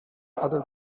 other